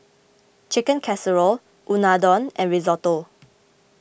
Chicken Casserole Unadon and Risotto